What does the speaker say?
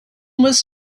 was